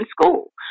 school